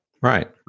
Right